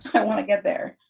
i wanna get there.